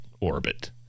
orbit